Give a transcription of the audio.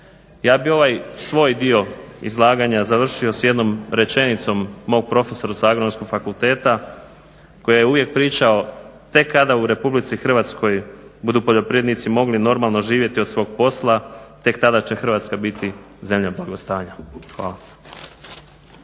Ja bi ovaj svoj dio izlaganja završio s jednom rečenicom profesora s Agronomskom fakulteta koji je uvijek pričao tek kada u Republici Hrvatskoj budu poljoprivrednici mogli normalno živjeti od svog posla, tek tada će Hrvatska biti zemlja blagostanja. Hvala.